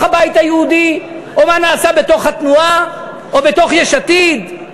הבית היהודי או מה נעשה בתוך התנועה או בתוך יש עתיד?